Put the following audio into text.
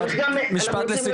משפט לסיכום.